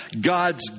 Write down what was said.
God's